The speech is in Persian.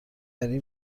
وری